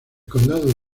condado